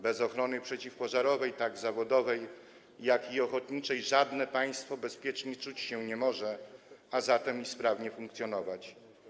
Bez ochrony przeciwpożarowej, tak zawodowej, jak i ochotniczej, żadne państwo nie może czuć się bezpiecznie, a zatem i sprawnie funkcjonować.